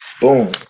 Boom